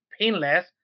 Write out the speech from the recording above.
painless